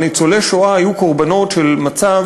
אבל ניצולי השואה היו קורבנות של מצב